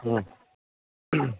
ꯎꯝ